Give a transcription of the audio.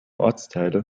ortsteile